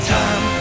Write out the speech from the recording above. time